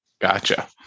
Gotcha